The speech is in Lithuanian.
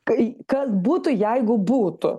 kai kas būtų jeigu būtų